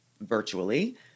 virtually